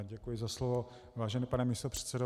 Děkuji za slovo, vážený pane místopředsedo.